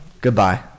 Goodbye